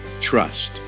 Trust